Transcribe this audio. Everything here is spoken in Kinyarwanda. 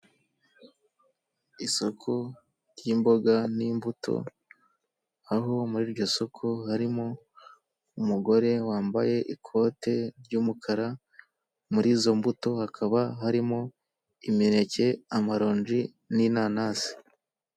Isoko ry'imboga n'imbuto, aho muri iryo soko harimo umugore wambaye ikote ry'umukara, muri izo mbuto hakaba harimo imineke, amaronji n'inanasi.